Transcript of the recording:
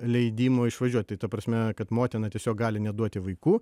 leidimo išvažiuoti ta prasme kad motina tiesiog gali neduoti vaikų